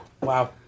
Wow